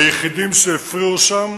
היחידים שהפריעו שם